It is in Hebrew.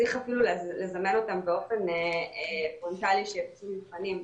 צריך אפילו לזמן אותם באופן פרונטלי שיעשו מבחנים.